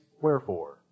wherefore